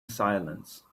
silence